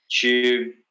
tube